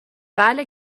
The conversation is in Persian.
بله